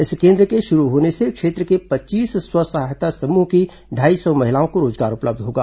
इस केन्द्र के शुरू होने से क्षेत्र के पच्चीस स्व सहायता समूह की ढाई सौ महिलाओं को रोजगार उपलब्ध होगा